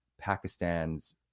Pakistan's